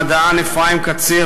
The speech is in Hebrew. המדען אפרים קציר,